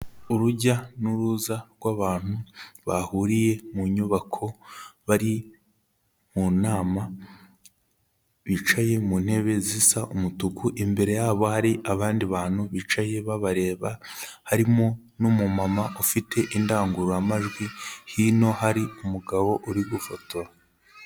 Urujya n'uruza rw'abantu bahuriye mu nyubako, bari mu nama, bicaye mu ntebe zisa umutuku imbere yabo hari abandi bantu bicaye babareba, harimo n'umumama ufite indangururamajwi, hino hari umugabo uri gufotora.